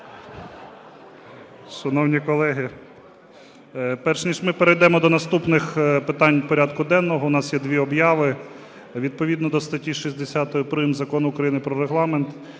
Шановні колеги, перш ніж ми перейдемо до наступних питань порядку денного, у нас є дві об'яви. Відповідно до статті 60 прим. Закону України "Про Регламент